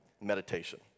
meditation